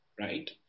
Right